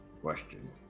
question